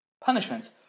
Punishments